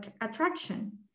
attraction